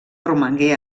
romangué